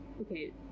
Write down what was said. Okay